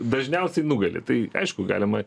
dažniausiai nugali tai aišku galima